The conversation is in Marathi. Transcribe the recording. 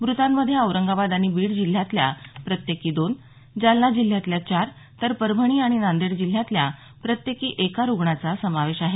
म्रतांमध्ये औरंगाबाद आणि बीड जिल्ह्यातल्या प्रत्येकी दोन जालना जिल्ह्यातल्या चार तर परभणी आणि नांदेड जिल्ह्यातल्या प्रत्येकी एका रुग्णाचा समावेश आहे